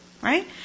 Right